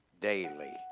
daily